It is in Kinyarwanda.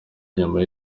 nyuma